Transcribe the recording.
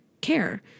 care